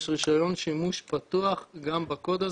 יש רישיון שימוש פתוח גם בקוד הזה,